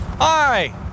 Hi